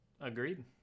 Agreed